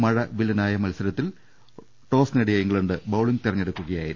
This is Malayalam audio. മഴ വില്ലനായ മത്സരത്തിൽ ടോസ് നേടിയ ഇംഗ്ലണ്ട് ബൌളിംഗ് തെരഞ്ഞെടുക്കുകയായിരുന്നു